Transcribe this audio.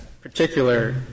particular